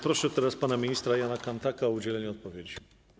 Proszę teraz pana ministra Jana Kanthaka o udzielenie odpowiedzi.